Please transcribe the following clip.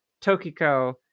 Tokiko